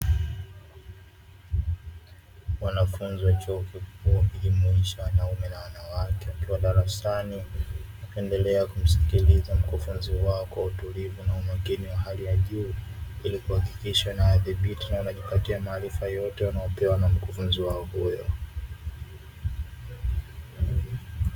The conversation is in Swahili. Wanafunzi wa chuo kikuu, ikijumuisha wanaume na wanawake wakiwa darasani, wakiendelea kumsikiliza mkufunzi wao kwa utulivu na umakini wa hali ya juu, ili kuhakikisha wanadhibiti na wanajipatia maarifa yote wanayopewa na mkufunzi wao huyo.